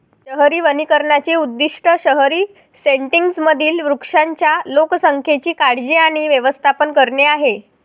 शहरी वनीकरणाचे उद्दीष्ट शहरी सेटिंग्जमधील वृक्षांच्या लोकसंख्येची काळजी आणि व्यवस्थापन करणे आहे